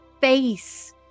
face